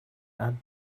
add